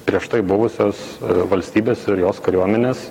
prieš tai buvusios valstybės ir jos kariuomenės